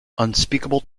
unspeakable